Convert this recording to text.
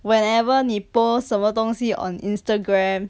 whenever 你 post 什么东西 on instagram